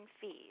fees